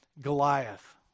Goliath